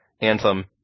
Anthem